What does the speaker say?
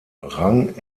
rang